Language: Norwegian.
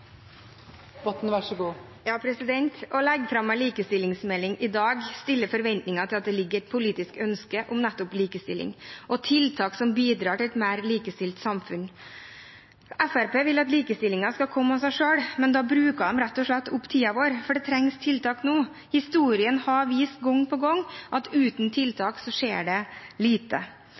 Å legge fram en likestillingsmelding i dag stiller forventninger til at det ligger et politisk ønske om nettopp likestilling og tiltak som bidrar til et mer likestilt samfunn. Fremskrittspartiet vil at likestillingen skal komme av seg selv, men da bruker de rett og slett opp tiden vår, for det trengs tiltak nå. Historien har gang på gang vist at uten tiltak skjer det lite.